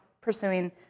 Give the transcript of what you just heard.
pursuing